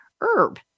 herb